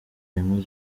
rimwe